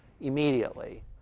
immediately